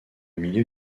milieu